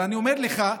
אבל אני אומר לך,